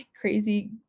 crazy